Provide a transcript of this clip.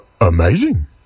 amazing